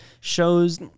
shows